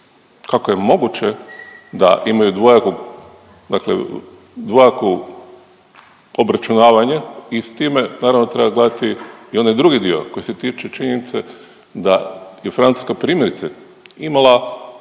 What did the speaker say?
kako je moguće da imaju dvojaku, dakle dvojaku obračunavanje i s time naravno treba gledati i onaj drugi dio koji se tiče činjenice da je Francuska primjerice imala